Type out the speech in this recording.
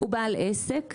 הוא בעל עסק.